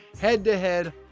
head-to-head